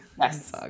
Yes